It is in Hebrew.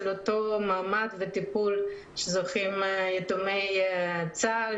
אותו מעמד וטיפול שזוכים לו יתומי צה"ל,